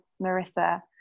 Marissa